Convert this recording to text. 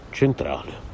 centrale